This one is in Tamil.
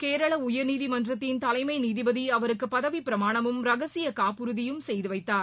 கேரள உயர்நீதிமன்றத்தின் தலைமை நீதிபதி அவருக்கு பதவி பிரமாணமும் ரகசிய காப்புறுதியும் செய்து வைத்தார்